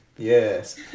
Yes